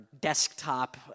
desktop